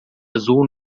azul